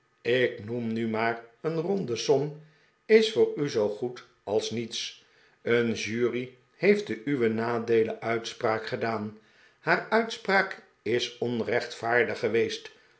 ik noem nu maar een ronde som is voor u zoo goed als niets een jury heeft te uwert nadeele uitspraak gedaan haar uitspraak is onrechtvaardig geweest